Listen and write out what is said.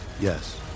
Yes